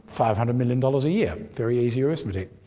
five hundred million dollars a year very easy arithmetic